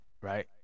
Right